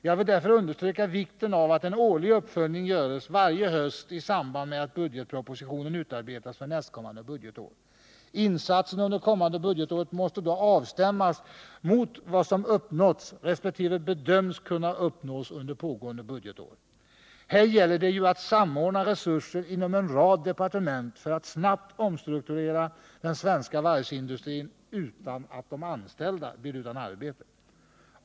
Jag vill därför understryka vikten av att en årlig uppföljning görs varje höst i samband med att budgetpropositionen utarbetas för nästkommande budgetår. Insatserna under det kommande budgetåret måste då avstämmas mot vad som uppnåtts resp. bedöms kunna uppnås under pågående budgetår. Här gäller det ju att samordna resurser inom en rad departement för att snabbt omstrukturera den svenska varvsindustrin, utan att de anställda blir utan arbete.